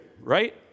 right